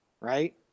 right